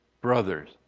brothers